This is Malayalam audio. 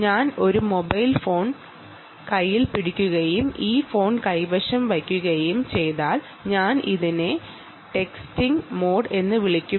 ഞാൻ ഒരു മൊബൈൽ ഫോൺ കയ്യിൽ പിടിക്കുകയും ഈ ഫോൺ കൈവശം വയ്ക്കുകയും ചെയ്താൽ ഞാൻ ഇതിനെ ടെക്സ്റ്റിംഗ് മോഡ് എന്ന് വിളിക്കുന്നു